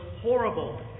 horrible